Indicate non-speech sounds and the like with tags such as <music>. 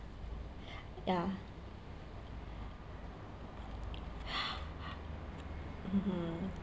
ya <noise> mmhmm